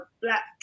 black